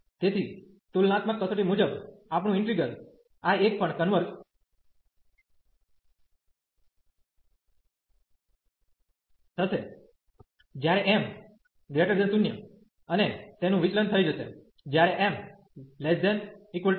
તેથી તુલનાત્મક કસોટી મુજબ આપણું ઈન્ટિગ્રલ I1પણ કન્વર્ઝ થશે જ્યારે m0 અને તેનું વિચલન થઈ જશે જ્યારે m≤0